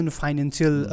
financial